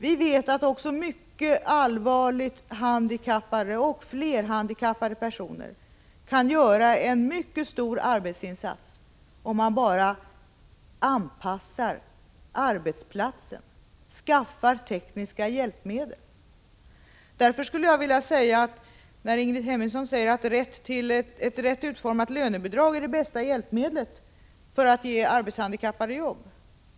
Vi vet att också mycket allvarligt handikappade och flerhandikappade personer kan göra en mycket stor arbetsinsats om man bara anpassar arbetsplatsen och skaffar tekniska hjälpmedel. Ingrid Hemmingsson säger att ett rätt utformat lönebidrag är det bästa hjälpmedlet för att ge handikappade jobb.